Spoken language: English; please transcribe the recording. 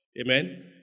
Amen